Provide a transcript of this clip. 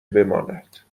بماند